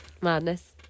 Madness